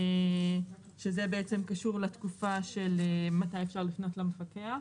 שזה קשור לתקופה של מתי אפשר לפנות למפקח.